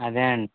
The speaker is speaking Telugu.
అదే అండి